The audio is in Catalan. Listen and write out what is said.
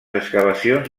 excavacions